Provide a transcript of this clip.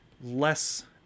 less